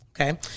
Okay